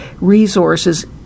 resources